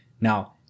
Now